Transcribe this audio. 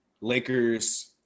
Lakers